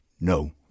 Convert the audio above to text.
no